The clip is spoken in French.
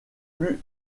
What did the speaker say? plus